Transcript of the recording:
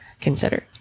consider